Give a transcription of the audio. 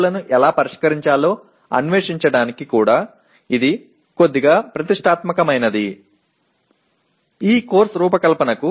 க்களை எவ்வாறு நிவர்த்தி செய்வது என்பதையும் ஆராய்வதில் லட்சியமானது